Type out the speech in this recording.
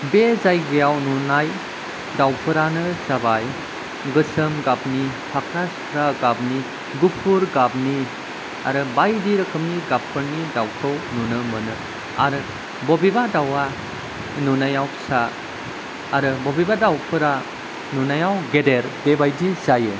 बे जायगायाव नुनाय दाउफोरानो जाबाय गोसोम गाबनि फाख्रा सिख्रा गाबनि गुफुर गाबनि आरो बायदि रोखोमनि गाबफोरनि दाउखौ नुनो मोनो आरो बबेबा दाउआ नुनायाव फिसा आरो बबेबा दाउफोरा नुनायाव गेदेर बेबायदि जायो